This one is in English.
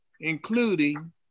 including